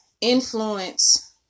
influence